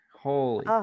Holy